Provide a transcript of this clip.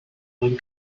mwyn